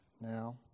now